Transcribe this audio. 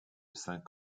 cinq